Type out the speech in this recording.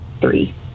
Three